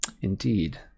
Indeed